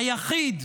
היחיד,